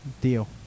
Deal